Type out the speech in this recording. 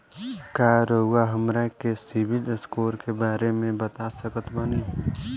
का रउआ हमरा के सिबिल स्कोर के बारे में बता सकत बानी?